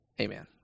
Amen